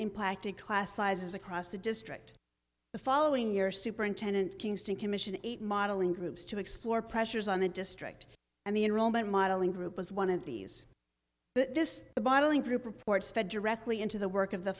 impacted class sizes across the district the following year superintendent kingston commissioned eight modeling groups to explore pressures on the district and the enrollment modeling group as one of these this bottling group report spread to rec lee into the work of the